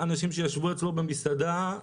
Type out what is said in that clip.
אנשים שישבו אצלו במסעדה,